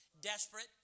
Desperate